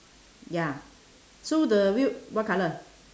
ya so the wheel what colour